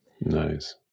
Nice